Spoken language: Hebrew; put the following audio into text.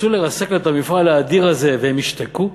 ניסו לרסק לו את המפעל האדיר הזה, והם ישתקו?